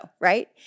right